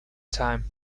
time